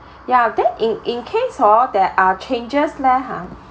ya then in in case hor there are changes leh ha